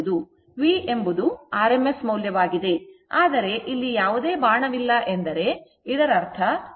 V ಎಂಬುದು rms ಮೌಲ್ಯವಾಗಿದೆ ಆದರೆ ಇಲ್ಲಿ ಯಾವುದೇ ಬಾಣವಿಲ್ಲ ಎಂದರೆ ಇದರರ್ಥ V rms ಮೌಲ್ಯದ ಪ್ರಮಾಣವಾಗಿರುತ್ತದೆ